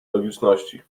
logiczności